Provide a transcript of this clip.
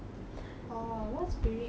orh what's spirit week